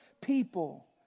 people